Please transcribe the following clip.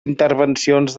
intervencions